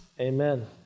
Amen